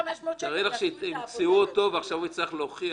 כל המנגנון הזה הוא מנגנון שצריך לבנות אותו וזה ייקבע בתקנות.